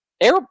air